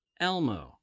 Elmo